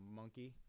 monkey